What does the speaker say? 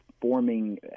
forming